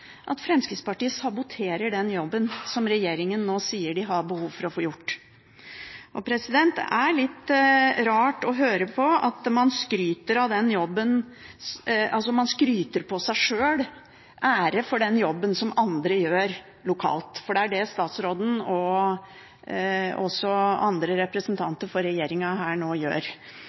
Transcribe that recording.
at Fremskrittspartiet saboterer den jobben som regjeringen nå sier de har behov for å få gjort. Det er litt rart å høre på at man skryter på seg æren for den jobben som andre gjør lokalt, for det er det statsråden, og også andre representanter for